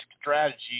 strategy